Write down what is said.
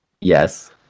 Yes